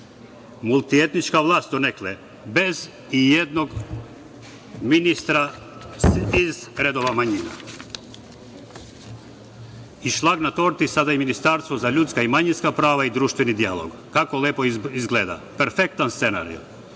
Multietnička vlast donekle, a bez i jednog ministra iz redova manjina. Šlag na torti je sada i ministarstvo za ljudska i manjinska prava i društveni dijalog. Kako lepo izgleda, perfektan scenario.